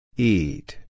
Eat